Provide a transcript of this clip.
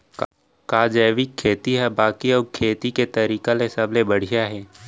का जैविक खेती हा बाकी अऊ खेती के तरीका ले सबले बढ़िया हे?